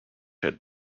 had